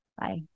Bye